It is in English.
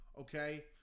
Okay